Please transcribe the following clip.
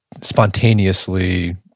spontaneously